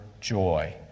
joy